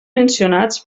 mencionats